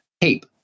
tape